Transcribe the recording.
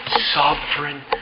sovereign